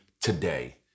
today